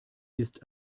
ist